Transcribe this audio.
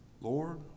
Lord